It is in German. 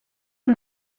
und